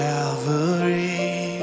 Calvary